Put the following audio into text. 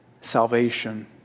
Salvation